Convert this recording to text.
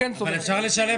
אבל אפשר לשלם